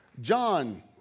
John